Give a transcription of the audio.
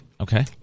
Okay